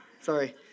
Sorry